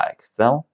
Excel